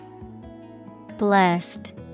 Blessed